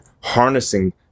harnessing